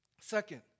Second